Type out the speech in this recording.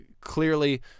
clearly